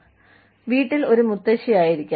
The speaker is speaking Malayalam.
കൂടാതെ വീട്ടിൽ ഒരു മുത്തശ്ശിയായിരിക്കാം